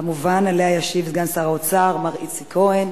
כמובן, ישיב סגן שר האוצר, מר איציק כהן,